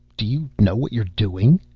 do you know what you're doing?